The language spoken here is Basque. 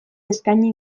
eskaini